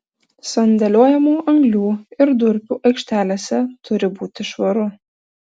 sandėliuojamų anglių ir durpių aikštelėse turi būti švaru